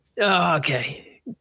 Okay